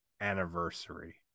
anniversary